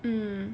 mm